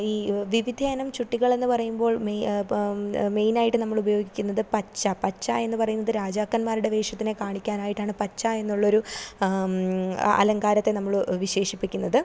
ഈ വിവിധയിനം ചുട്ടികളെന്നു പറയുമ്പോൾ എപ്പോഴും മെയിനായിട്ട് നമ്മളുപയോഗിക്കുന്നത് പച്ച പച്ചയെന്നു പറയുന്നത് രാജാക്കന്മാരുടെ വേഷത്തിനെ കാണിക്കാനായിട്ടാണ് പച്ച എന്നുള്ളൊരു അലങ്കാരത്തെ നമ്മൾ വിശേഷിപ്പിക്കുന്നത്